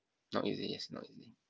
not easy yes not easy